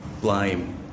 blame